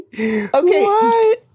Okay